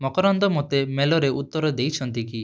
ମକରନ୍ଦ ମୋତେ ମେଲରେ ଉତ୍ତର ଦେଇଛନ୍ତି କି